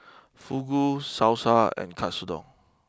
Fugu Salsa and Katsudon